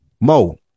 mo